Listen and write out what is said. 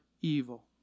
evil